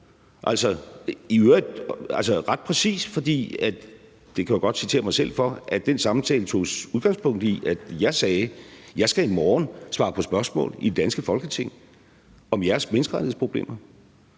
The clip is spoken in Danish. citere mig selv, for den samtale tog udgangspunkt i, at jeg sagde: Jeg skal i morgen svare på spørgsmål i det danske Folketing om jeres menneskerettighedsproblemer.